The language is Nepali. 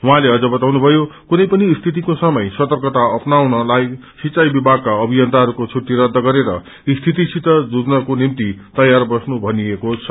उहाँले अझ बताउनुभयो कुनै पनि स्थितको समय सर्तकता अप्नाउनलाई सिंचाई विभागका अभियन्ताहरूको छुट्टी रद्ध गरेर स्थितिसित जुझ्नको निम्ति तयार बस्नु भनिएको छ